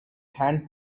hand